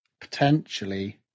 Potentially